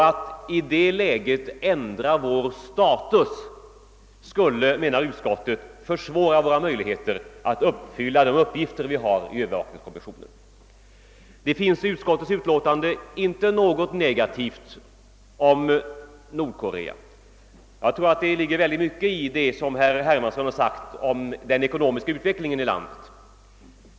Att i det läget ändra vår status skulle, menar utskottet, försvåra våra möjligheter att fylla de uppgifter vi har i övervakningskommissionen. Det finns i utskottets utlåtande inte något negativt uttalande om Nordkorea. Jag tror det ligger mycket i vad herr Hermansson har sagt om den ekonomiska utvecklingen i landet.